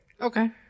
okay